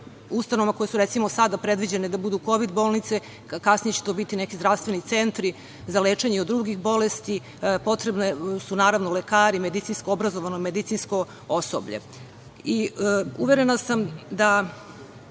ustanovama koje su, recimo, sada predviđene da budu kovid bolnice, kasnije će to biti neki zdravstveni centri za lečenje od drugih bolesti, potrebni su, naravno, lekari i obrazovano medicinsko osoblje.